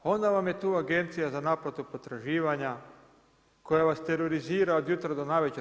Onda vam je tu Agencija za naplatu potraživanja koja vas terorizira od jutra do navečer.